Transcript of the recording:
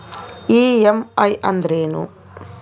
EMI ಅಂದ್ರೇನು?